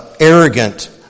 arrogant